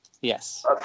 Yes